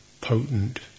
potent